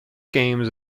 games